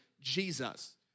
Jesus